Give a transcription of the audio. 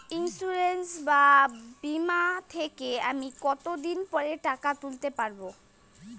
Insurance বা বিমা থেকে আমি কত দিন পরে টাকা তুলতে পারব?